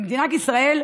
למדינת ישראל,